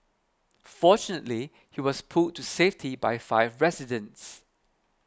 fortunately he was pulled to safety by five residents